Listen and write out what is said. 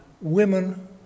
women